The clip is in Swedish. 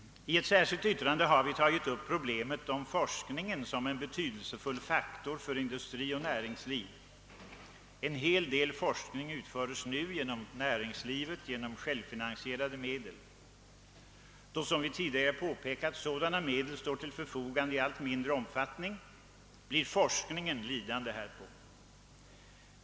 I detta yttrande har vi tagit upp problemet om forskningen som en betydelsefull faktor för industri och näringsliv. En hel del forskning utförs nu inom näringslivet med självfinansierade medel. Då, som vi tidigare påpekat, sådana medel står till förfogande i allt mindre omfattning, blir forskningen lidande härpå.